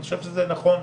כמו שנתת דוגמה,